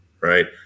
right